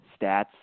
stats